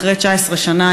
אחרי 19 שנה,